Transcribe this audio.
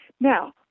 Now